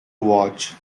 watch